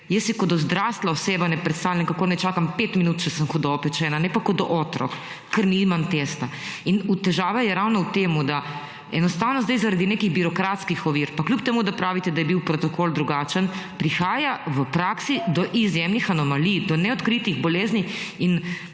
jaz si kot odrasla oseba ne predstavljam, kako naj čakam pet minut, ker nimam testa, če sem hudo opečena, ne pa kot otrok. Težava je ravno v tem, da enostavno zdaj zaradi nekih birokratskih ovir, pa kljub temu da pravite, da je bil protokol drugačen, prihaja v praksi do izjemnih anomalij, do neodkritih bolezni.